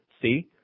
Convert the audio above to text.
See